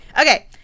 Okay